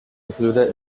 included